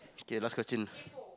okay last question